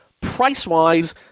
Price-wise